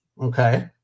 Okay